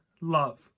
love